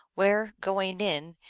where, going in,